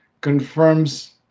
confirms